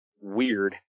Weird